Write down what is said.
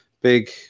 big